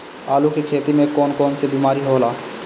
आलू की खेती में कौन कौन सी बीमारी होला?